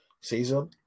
season